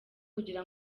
kugira